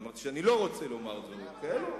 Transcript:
אני אמרתי שאני לא רוצה לומר דברים כאלה,